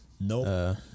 Nope